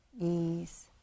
ease